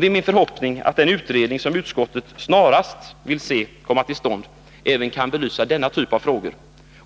Det är min förhoppning att den utredning som utskottet snarast vill få till stånd även kan belysa denna typ av frågor.